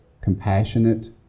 compassionate